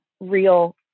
real